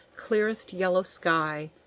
clearest yellow sky.